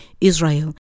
Israel